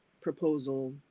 proposal